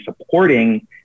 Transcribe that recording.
supporting